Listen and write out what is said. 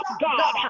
God